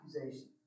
accusation